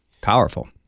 Powerful